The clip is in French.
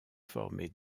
formé